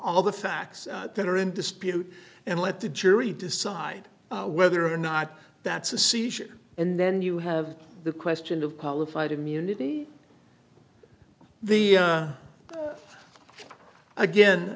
all the facts that are in dispute and let the jury decide whether or not that's a seizure and then you have the question of qualified immunity the again